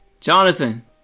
Jonathan